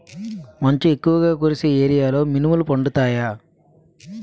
మంచు ఎక్కువుగా కురిసే ఏరియాలో మినుములు పండుతాయా?